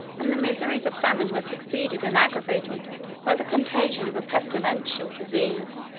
and the miseries of famine were succeeded and aggravated by the contagion of a pestilential disease.